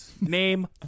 Name